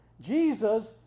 Jesus